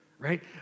right